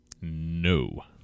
No